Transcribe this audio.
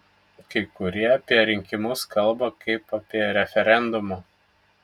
kai kurie apie rinkimus kalba kaip apie referendumą